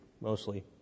mostly